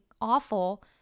awful